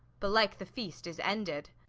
belike the feast is ended.